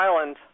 Island